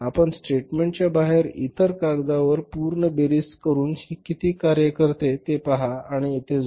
आपण स्टेटमेन्टच्या बाहेर इतर कागदावर पूर्ण बेरीज करून हे किती कार्य करते ते पहा आणि येथे जोडा